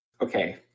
Okay